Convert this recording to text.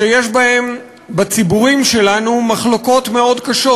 כשיש בהם בציבורים שלנו מחלוקות מאוד קשות,